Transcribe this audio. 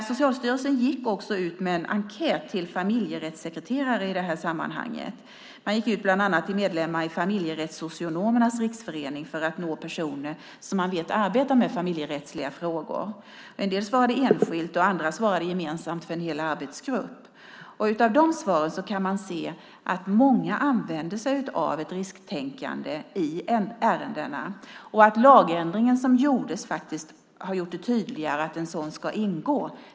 Socialstyrelsen gick också ut med en enkät till familjerättssekreterare i sammanhanget, bland annat till medlemmar i Familjerättssocionomernas Riksförening för att nå personer som man vet arbetar med familjerättsliga frågor. En del svarade enskilt, och andra svarade gemensamt för en hel arbetsgrupp. Av de svaren kan vi se att många använder sig av ett risktänkande i ärendena. Man bekräftar också att lagändringen har gjort det tydligare att en sådan ska ingå.